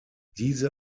diese